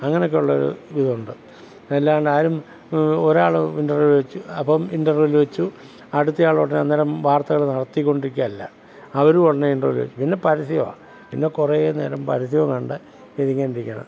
അങ്ങനെയൊക്കെ ഉള്ളൊരു ഇതുണ്ട് അല്ലാണ്ടെ ആരും ഒരാൾ ഇൻറർവെൽ വെച്ച് അപ്പം ഇൻറർവെൽ വെച്ചു അടുത്തയാൾ ഉടനെ അന്നേരം വാർത്തകളും നടത്തിക്കൊണ്ടിരിക്കുകയല്ല അവരും ഉടനെ ഇൻറർവെൽ വയ്ക്കും പിന്നെ പരസ്യമാണ് പിന്നെ കുറേ നേരം പരസ്യവും കണ്ട് ഇങ്ങനെ ഇരിക്കണം